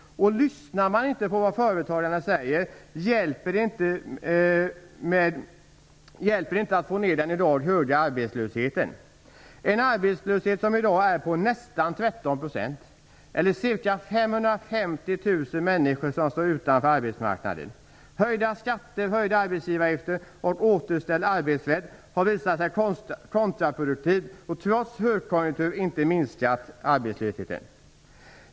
Lyssnar man inte på det företagarna säger kommer man inte att få ned den höga arbetslösheten, en arbetslöshet som i dag är på nästan 13 %. Det är ca 550 000 människor som står utanför arbetsmarknaden. Höjda skatter, höjda arbetsgivaravgifter och återställd arbetsrätt har visat sig kontraproduktivt och har trots högkonjunktur inte minskat arbetslösheten.